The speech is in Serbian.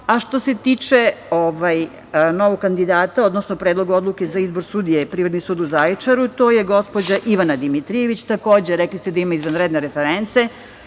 se tiče novog kandidata, odnosno Predlog odluke za izbor sudije i Privredni sud u Zaječaru, to je gospođa Ivana Dimitrijević. Takođe, rekli ste da ima izvanredne reference.